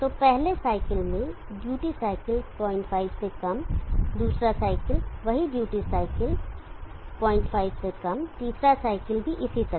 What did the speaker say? तो पहले साइकिल में ड्यूटी साइकिल 05 से कम दूसरा साइकिल वही ड्यूटी साइकिल 05 से कम तीसरा साइकिल भी इसी तरह